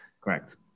Correct